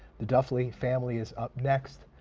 the duffley family is up next,